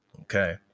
okay